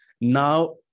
Now